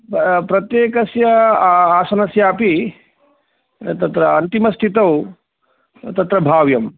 प्रत्येकस्य आसनस्यापि तत्र अन्तिमस्थितौ तत्र भाव्यम्